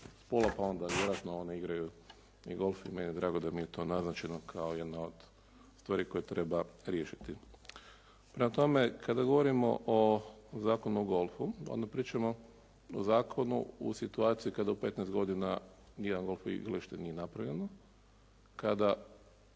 spola pa onda vjerojatno one igraju i golf …/Govornik se ne razumije./… drago da je to naznačeno kao jedna od stvari koje treba riješiti. Prema tome, kada govorimo o Zakonu o golfu onda pričamo o zakonu u situaciji kada u petnaest godina nijedno golf igralište nije napravljeno, kada